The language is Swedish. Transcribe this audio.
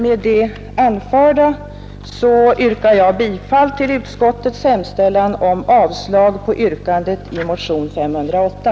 Med det anförda yrkar jag bifall till utskottets hemställan om avslag på yrkandet i motionen 508.